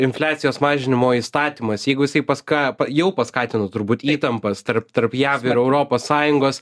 infliacijos mažinimo įstatymas jeigu jisai pas ką jau paskatino turbūt įtampas tarp tarp jav ir europos sąjungos